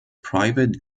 private